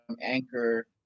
anchor